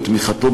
בתמיכתו,